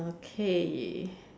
okay